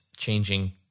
changing